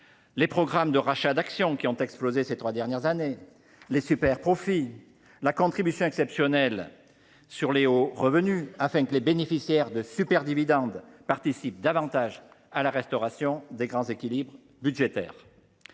les programmes de rachats d’actions, qui ont explosé ces trois dernières années ; les superprofits ; la contribution exceptionnelle sur les hauts revenus (CEHR), afin que les bénéficiaires de superdividendes contribuent davantage à la restauration des grands équilibres budgétaires